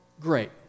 great